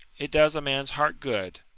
it does a man's heart good.